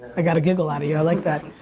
i got a giggle out of here. i like that.